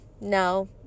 no